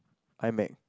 iMac